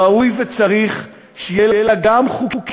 ראוי וצריך שיהיו גם חוקים